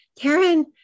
Karen